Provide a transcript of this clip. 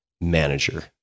manager